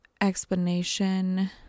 explanation